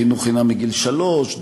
חינוך חינם מגיל שלוש,